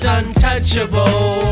untouchable